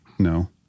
No